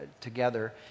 together